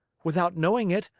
without knowing it,